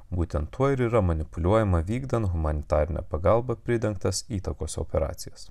būtent tuo ir yra manipuliuojama vykdant humanitarinę pagalbą pridengtas įtakos operacijas